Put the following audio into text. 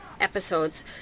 episodes